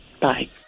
Bye